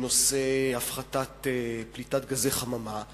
בנושא הפחתת פליטת גזי חממה,